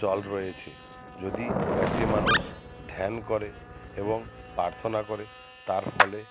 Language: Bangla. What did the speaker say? চল রয়েছে যদি একটি মানুষ ধ্যান করে এবং প্রার্থনা করে তার ফলে